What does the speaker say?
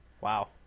Wow